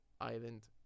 island